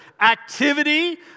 activity